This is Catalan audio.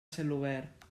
celobert